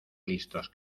listos